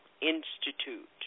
Institute